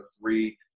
three